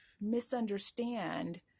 misunderstand